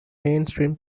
mainstream